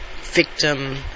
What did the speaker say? victim